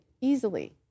easily